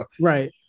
right